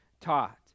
taught